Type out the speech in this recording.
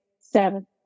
seven